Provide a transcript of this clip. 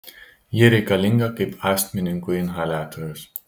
ji reikalinga kaip astmininkui inhaliatorius